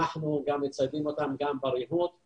אנחנו מציידים אותם בריהוט,